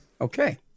Okay